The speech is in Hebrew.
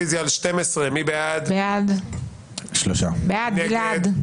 הצבעה בעד, 4 נגד,